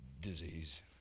disease